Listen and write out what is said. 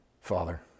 Father